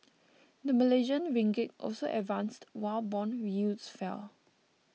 the Malaysian Ringgit also advanced while bond yields fell